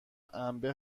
انبه